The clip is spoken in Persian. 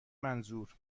منظور